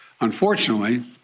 Unfortunately